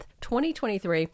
2023